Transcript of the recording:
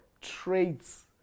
traits